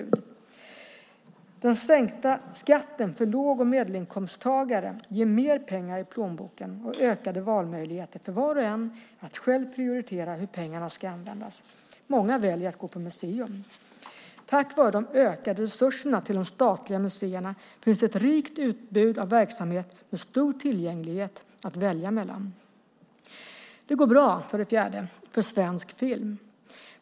För det tredje: Den sänkta skatten för låg och medelinkomsttagare ger mer pengar i plånboken och ökade valmöjligheter för var och en att själv prioritera hur pengarna ska användas. Många väljer att gå på museum. Tack vare de ökade resurserna till de statliga museerna finns ett rikt utbud av verksamhet med stor tillgänglighet att välja mellan. För det fjärde: Det går bra för svensk film.